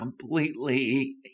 completely